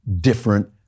different